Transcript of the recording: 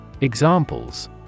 Examples